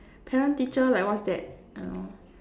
parent teacher like what's that you know